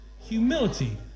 Humility